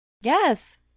Yes